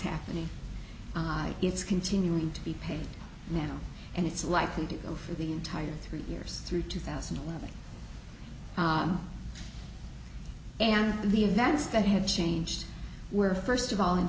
happening it's continuing to be paid now and it's likely to go for the entire three years through two thousand and eleven and the events that have changed were first of all in